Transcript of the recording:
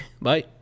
Bye